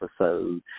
episode